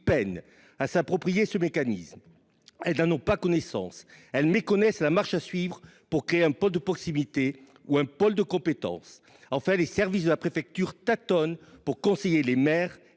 peinent à s'approprier ce mécanisme. Ils n'en ont pas connaissance et méconnaissent la marche à suivre pour créer un pôle de proximité ou un pôle de compétences. Enfin, les services de la préfecture tâtonnent pour conseiller les maires